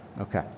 Okay